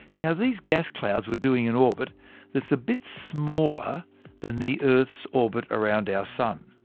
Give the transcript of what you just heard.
now, these gas clouds were doing an orbit that's a bit smaller than the earth's orbit around our sun.